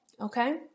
Okay